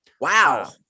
Wow